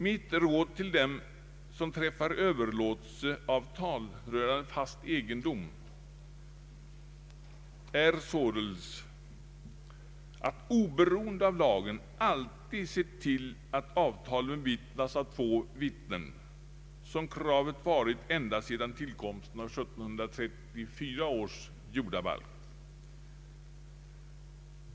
Mitt råd till dem som träffar överlåtelseavtal rörande fast egendom är således att oberoende av lagen alltid se till att avtalen bevittnas av två vittnen, som kravet varit ända sedan tillkomsten av 1734 års lag.